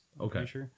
Okay